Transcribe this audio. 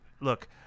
look